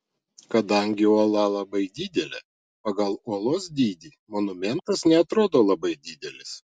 kadangi uola labai didelė pagal uolos dydį monumentas neatrodo labai didelis